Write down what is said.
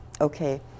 okay